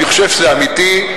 אני חושב שזה אמיתי,